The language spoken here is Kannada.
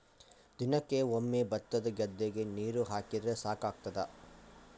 ದಿನಕ್ಕೆ ಒಮ್ಮೆ ಭತ್ತದ ಗದ್ದೆಗೆ ನೀರು ಹಾಕಿದ್ರೆ ಸಾಕಾಗ್ತದ?